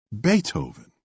Beethoven